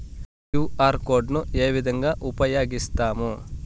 QR code ను ఏ విధంగా ఉపయగిస్తాము?